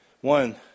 one